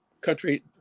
country